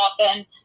often